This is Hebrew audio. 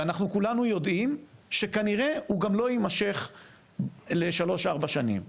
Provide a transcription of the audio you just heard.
ואנחנו כולנו יודעים שכנראה הוא גם לא יימשך לשלוש-ארבע שנים.